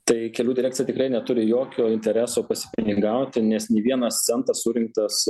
tai kelių direkcija tikrai neturi jokio intereso pasipinigauti nes nė vienas centas surinktas